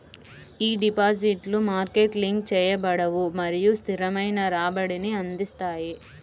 ఈ డిపాజిట్లు market link చేయబడవు మరియు స్థిరమైన రాబడిని అందిస్తాయి